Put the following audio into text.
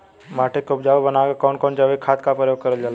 माटी के उपजाऊ बनाने के लिए कौन कौन जैविक खाद का प्रयोग करल जाला?